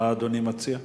מה אדוני מציע?